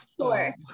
Sure